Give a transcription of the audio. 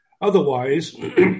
Otherwise